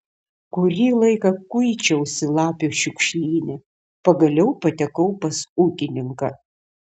kurį laiką kuičiausi lapių šiukšlyne pagaliau patekau pas ūkininką